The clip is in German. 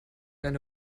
eine